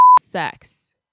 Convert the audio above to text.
sex